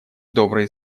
добрые